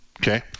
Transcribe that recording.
Okay